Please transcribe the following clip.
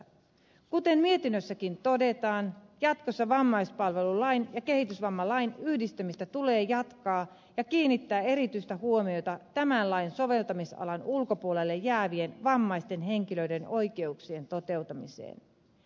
kuten mietinnössäkin todetaan jatkossa vammaispalvelulain ja kehitysvammalain yhdistämistä tulee jatkaa ja kiinnittää erityistä huomiota tämän lain soveltamisalan ulkopuolelle jäävien vammaisten henkilöiden oikeuksien toteutumiseen